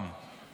זה מה שהפריע לי.